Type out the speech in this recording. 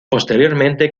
posteriormente